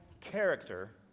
character